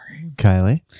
Kylie